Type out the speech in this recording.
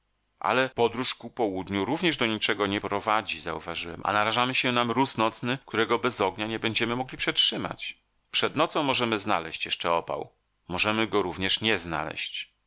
ale podróż ku południu również do niczego nie prowadzi zauważyłem a narażamy się na mróz nocny którego bez ognia nie będziemy mogli przetrzymać przed nocą możemy znaleźć jeszcze opał możemy go również nie znaleźć